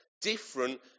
different